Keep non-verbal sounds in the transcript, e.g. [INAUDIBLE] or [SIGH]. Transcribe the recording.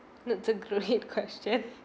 that's a great question [LAUGHS]